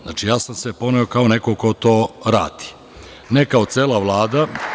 Znači, ja sam se poneo kao neko ko to radi, ne kao cela Vlada.